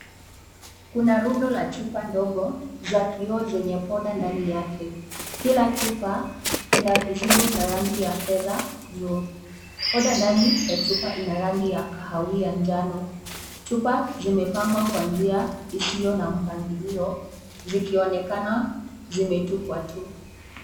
Kuna rundo la chupa ndogo za kioo zenye poda ndani yake. Kila chupa inakizibo cha rangi ya fedha juu. Poda ndani ya chupa ina rangi ya kahawia na njano. Chupa zimepangwa kwa njia isiyo na mpangilio zikionekana zimetupwa tu.